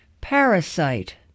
Parasite